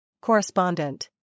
Correspondent